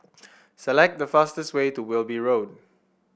select the fastest way to Wilby Road